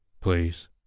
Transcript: please